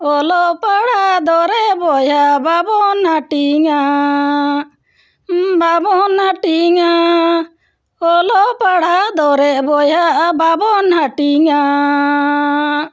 ᱚᱞᱚᱜ ᱯᱟᱲᱦᱟᱜ ᱫᱚᱨᱮ ᱵᱚᱭᱦᱟ ᱵᱟᱵᱚᱱ ᱦᱟᱹᱴᱤᱧᱟ ᱵᱟᱵᱚᱱ ᱦᱟᱹᱴᱤᱧᱟ ᱚᱞᱚᱜ ᱯᱟᱲᱦᱟᱜ ᱫᱚᱨᱮ ᱵᱚᱭᱦᱟ ᱵᱟᱵᱚᱱ ᱦᱟᱹᱴᱤᱧᱟᱻ